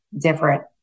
different